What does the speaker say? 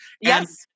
Yes